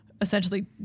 essentially